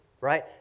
right